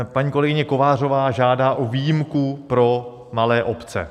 Paní kolegyně Kovářová žádá o výjimku pro malé obce.